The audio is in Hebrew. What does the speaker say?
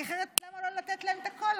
כי אחרת למה לא לתת להם את הכול?